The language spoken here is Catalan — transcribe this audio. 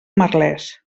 merlès